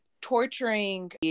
torturing